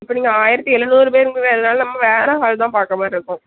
இப்போ நீங்கள் ஆயிரத்தி எழுநூறுபேருங்கிறனால நம்ம வேற ஹால் தான் பார்க்குறமாரி இருக்கும்